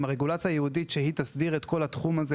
עם הרגולציה הייעודית שלפיה היא תסדיר את כל התחום הזה